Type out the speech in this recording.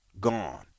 gone